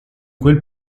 quel